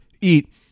eat